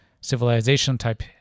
civilization-type